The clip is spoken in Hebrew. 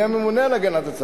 אני הממונה על הגנת הצרכן.